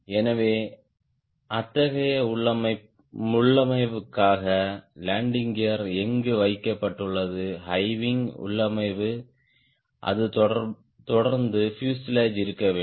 எனவே அத்தகைய உள்ளமைவுக்காக லேண்டிங் கியர் எங்கு வைக்கப்பட்டுள்ளது ஹை விங் உள்ளமைவு அது தொடர்ந்து பியூசேலாஜ் இருக்க வேண்டும்